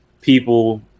people